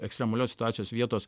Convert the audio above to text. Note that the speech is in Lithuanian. ekstremalios situacijos vietos